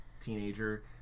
teenager